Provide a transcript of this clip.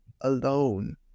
alone